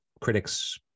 critics